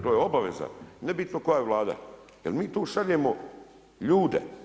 To je obaveza nebitno koja Vlada jer mi tu šaljemo ljude.